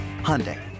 Hyundai